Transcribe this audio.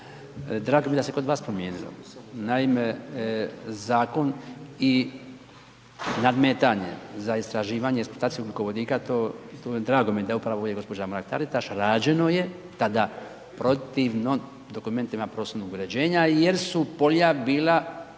Drago mi je da se kod vas promijenilo, naime zakon i nadmetanje za istraživanje eksploataciju ugljikovodika to, drago mi je da upravo ovdje gđa. Mrak-Taritaš, rađeno je tada protivno dokumentima prostornog uređenja jer su polja bila